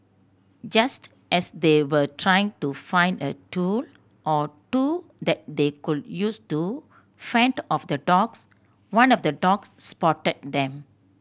just as they were trying to find a tool or two that they could use to fend off the dogs one of the dogs spotted them